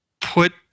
Put